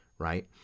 Right